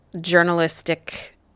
journalistic